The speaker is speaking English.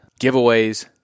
giveaways